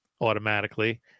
automatically